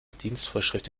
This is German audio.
dienstvorschrift